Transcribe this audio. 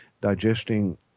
digesting